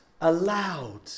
allowed